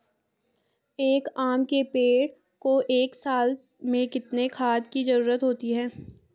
एक आम के पेड़ को एक साल में कितने खाद की जरूरत होती है?